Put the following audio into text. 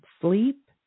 sleep